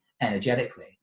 energetically